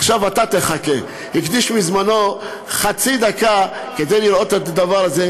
עכשיו אתה תחכה הקדיש מזמנו חצי דקה כדי לראות את הדבר הזה,